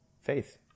faith